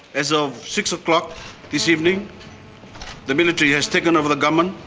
as of six o'clock this evening the military has taken over the government,